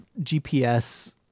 GPS